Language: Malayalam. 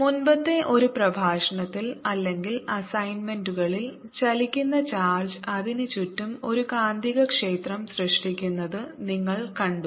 മുമ്പത്തെ ഒരു പ്രഭാഷണത്തിൽ അല്ലെങ്കിൽ അസൈൻമെന്റുകളിൽ ചലിക്കുന്ന ചാർജ് അതിന് ചുറ്റും ഒരു കാന്തികക്ഷേത്രം സൃഷ്ടിക്കുന്നത് നിങ്ങൾ കണ്ടു